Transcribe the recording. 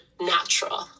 natural